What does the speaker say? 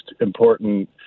important